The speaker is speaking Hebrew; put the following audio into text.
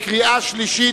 קריאה שלישית.